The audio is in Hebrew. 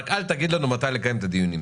רק אל תגיד לנו מתי לקיים את הדיון.